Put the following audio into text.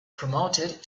promoted